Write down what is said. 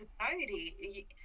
society